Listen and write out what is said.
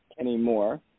anymore